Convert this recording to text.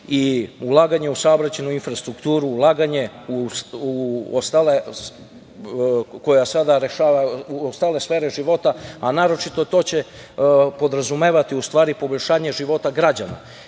i ulaganje u saobraćajnu infrastrukturu, koja sada rešava ostale sfere života, a naročito to će podrazumevati u stvari poboljšanje života građana